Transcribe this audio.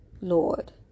Lord